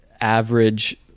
average